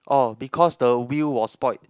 oh because the wheel was spoiled